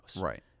Right